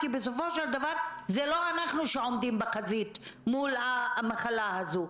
כי בסופו של דבר לא אנחנו שעומדים בחזית מול המחלה הזאת,